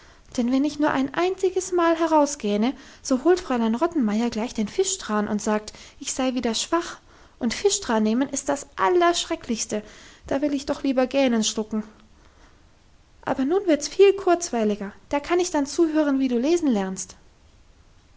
denn wenn ich nur ein einziges mal herausgähne so holt fräulein rottenmeier gleich den fischtran und sagt ich sei wieder schwach und fischtran nehmen ist das allerschrecklichste da will ich doch lieber gähnen schlucken aber nun wird's viel kurzweiliger da kann ich dann zuhören wie du lesen lernst